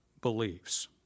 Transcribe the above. beliefs